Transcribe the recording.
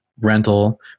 rental